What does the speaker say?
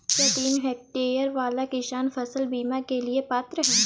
क्या तीन हेक्टेयर वाला किसान फसल बीमा के लिए पात्र हैं?